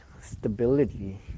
stability